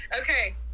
Okay